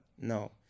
No